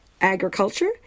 agriculture